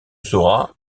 saura